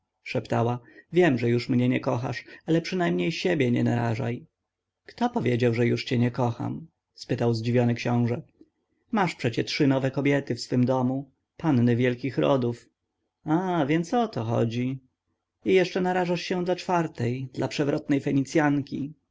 szeptała wiem że mnie już nie kochasz ale przynajmniej siebie nie narażaj kto powiedział że cię już nie kocham spytał zdziwiony książę masz przecie trzy nowe kobiety w swym domu panny wielkich rodów a więc o to chodzi i jeszcze narażasz się dla czwartej dla przewrotnej